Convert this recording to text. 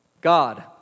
God